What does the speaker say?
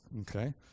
okay